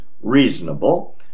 reasonable